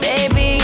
Baby